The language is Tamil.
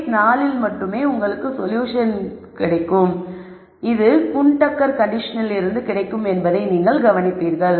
கேஸ் 4ல் மட்டுமே உங்களுக்கு சொல்யூஷன் குன் டக்கர் கண்டிஷனில் இருந்து கிடைக்கும் என்பதை நீங்கள் கவனிப்பீர்கள்